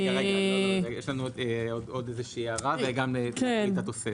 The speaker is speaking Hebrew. יש לנו עוד איזושהי הערה, וגם נקריא את התוספת.